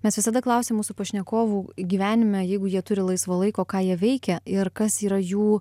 mes visada klausiam mūsų pašnekovų gyvenime jeigu jie turi laisvo laiko ką jie veikia ir kas yra jų